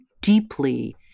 deeply